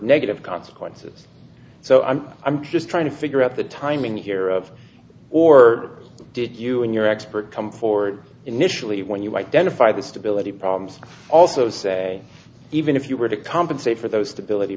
negative consequences so i'm i'm just trying to figure out the timing here of or did you and your expert come forward initially when you identify the stability problems also say even if you were to compensate for those stability